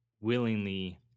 willingly